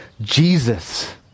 Jesus